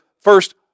first